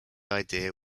idea